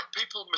people